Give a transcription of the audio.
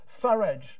Farage